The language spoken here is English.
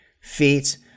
feet